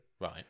Right